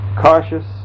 cautious